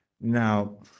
Now